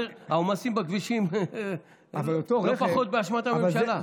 העומסים בכבישים, זה לא פחות באשמת הממשלה.